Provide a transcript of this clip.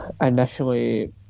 initially